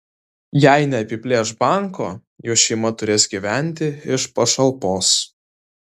jei neapiplėš banko jo šeima turės gyventi iš pašalpos